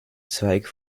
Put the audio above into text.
zweig